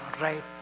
right